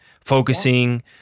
focusing